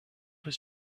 his